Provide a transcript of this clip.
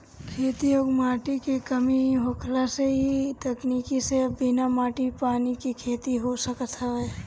खेती योग्य माटी के कमी होखला से इ तकनीकी से अब बिना माटी पानी के खेती हो सकत हवे